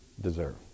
deserve